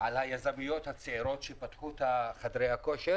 היזמיות הצעירות שפתחו את חדרי הכושר